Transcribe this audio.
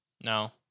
No